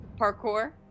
parkour